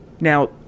Now